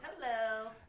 Hello